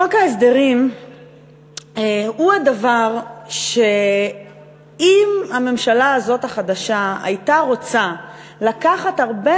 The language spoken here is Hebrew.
חוק ההסדרים הוא הדבר שאם הממשלה הזאת החדשה הייתה רוצה לקחת הרבה